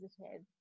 positive